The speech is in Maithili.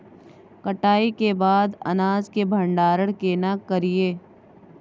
कटाई के बाद अनाज के भंडारण केना करियै?